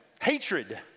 hatred